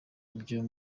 byo